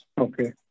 Okay